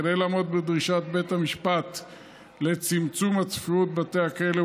כדי לעמוד בדרישת בית המשפט לצמצום הצפיפות בבתי הכלא,